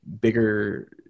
bigger